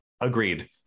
agreed